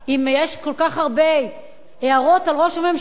אם יש כל כך הרבה הערות על ראש הממשלה,